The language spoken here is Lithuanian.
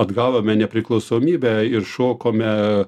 atgavome nepriklausomybę ir šokome